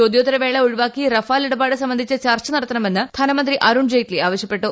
ചോദ്യോത്തരവേള ഒഴിവാക്കി റഫാൽ ഇടപാട് സംബന്ധിച്ച് ചർച്ച നടത്തണമെന്ന് ധനമന്തി അരുൺ ജെയ്റ്റ്ലി ആവശ്യപ്പെട്ടു